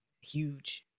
Huge